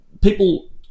people